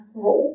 ngủ